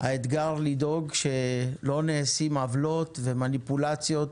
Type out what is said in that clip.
האתגר לדאוג שלא נעשות עוולות ומניפולציות,